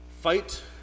Fight